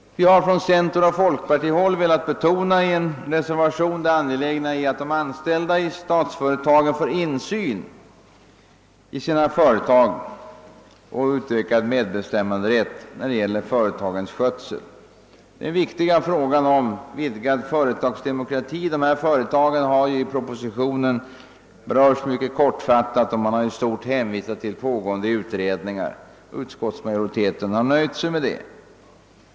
Vi har från centeroch folkpartihåll i en reservation velat betona det angelägna i att de anställda i statliga företag får insyn i sina företag och utökad medbestämmanderätt i fråga om företagens skötsel. Den viktiga frågan om vidgad företagsdemokrati i dessa företag har ju i propositionen berörts mycket kortfattat. Man har i stort sett hänvisat till pågående utredningar och utskottsmajoriteten har nöjt sig med det.